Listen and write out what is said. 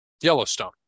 Yellowstone